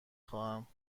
خواهم